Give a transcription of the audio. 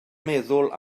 meddwl